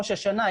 ראש השנה,